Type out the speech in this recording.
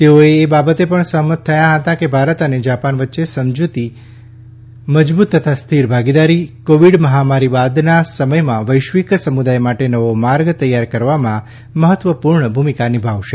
તેઓ એ બાબતે પણ સહમત હતા કે ભારત અને જાપાન વચ્ચે મજબૂત તથા સ્થિર ભાગીદારી કોવિડ મહામારી બાદના સમયમાં વૈશ્વિક સમુદાય માટે નવો માર્ગ તૈયાર કરવામાં મહત્વપૂર્ણ ભૂમિકા નિભાવશે